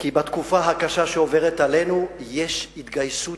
כי בתקופה הקשה שעוברת עלינו יש התגייסות